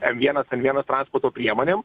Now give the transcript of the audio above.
em vienas em vienas transporto priemonėm